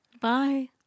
Bye